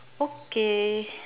okay